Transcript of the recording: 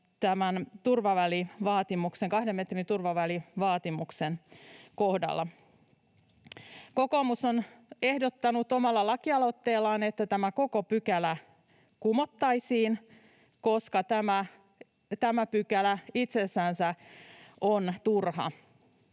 kahden metrin turvavälivaatimuksen kohdalla. Kokoomus on ehdottanut omalla lakialoitteellaan, että tämä koko pykälä kumottaisiin, koska tämä pykälä itsessänsä on turha